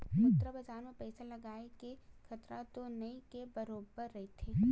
मुद्रा बजार म पइसा लगाय ले खतरा तो नइ के बरोबर रहिथे